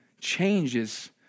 changes